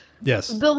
Yes